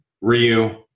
Ryu